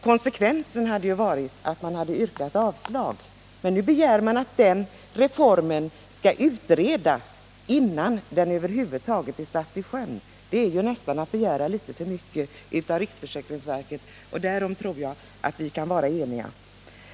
Konsekvensen borde ha varit att man hade ökat anslaget, men nu begär man att den nya reformen skall utredas innan den över huvud taget är satt i sjön. Det är nästan att begära litet för mycket av riksförsäkringsverket, därom tror jag att vi kan vara eniga.